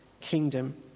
kingdom